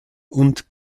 und